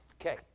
Okay